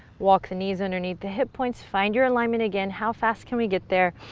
walk the knees underneath the hip points, find your alignment again, how fast can we get there,